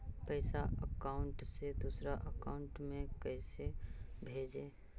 पैसा अकाउंट से दूसरा अकाउंट में कैसे भेजे?